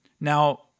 Now